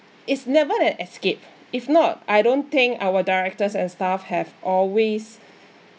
it's never an escape it's not I don't think our directors and staff have always